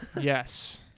yes